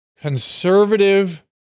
Conservative